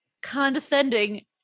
condescending